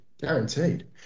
Guaranteed